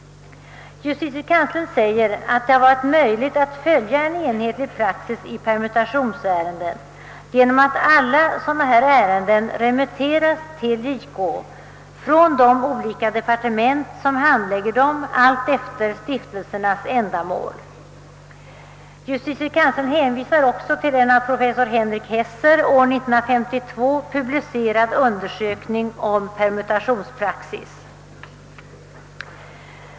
Justitiekanslern säger att det har varit möjligt att följa en enhetlig praxis i permutationsärenden genom att alla dylika ärenden remitterats till justitiekanslern från de olika departement som handlägger dem alltefter stiftelsernas ändamål. Justitiekanslern hänvisar också till en av professor Hesser år 1952 publicerad undersökning om permutationspraxis.